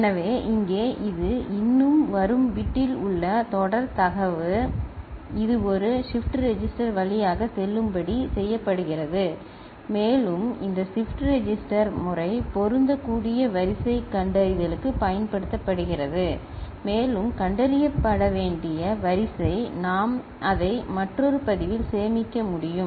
எனவே இங்கே இது இன்னும் வரும் பிட்டில் உள்ள தொடர் தரவு இது ஒரு ஷிப்ட் ரெஜிஸ்டர் வழியாக செல்லும்படி செய்யப்படுகிறது மேலும் இந்த ஷிப்ட் ரெஜிஸ்டர் முறை பொருந்தக்கூடிய வரிசை கண்டறிதலுக்கு பயன்படுத்தப்படுகிறது மேலும் கண்டறியப்பட வேண்டிய வரிசை நாம் அதை மற்றொரு பதிவில் சேமிக்க முடியும்